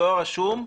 דואר רשום,